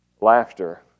laughter